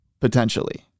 potentially